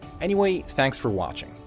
anyway, thanks for watching.